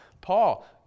Paul